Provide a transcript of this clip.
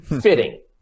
fitting